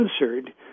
answered